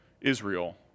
Israel